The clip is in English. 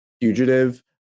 fugitive